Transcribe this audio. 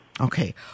okay